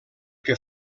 que